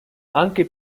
anche